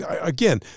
Again